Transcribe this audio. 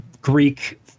greek